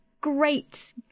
great